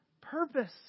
purpose